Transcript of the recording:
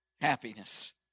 happiness